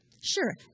Sure